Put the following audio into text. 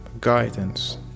guidance